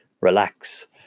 relax